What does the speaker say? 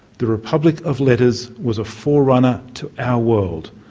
the republic of letters was a forerunner to our world,